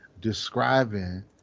Describing